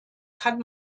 kann